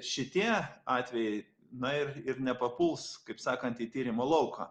šitie atvejai na ir ir nepapuls kaip sakant į tyrimo lauką